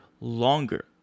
longer